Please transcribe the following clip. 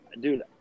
dude